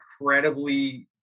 incredibly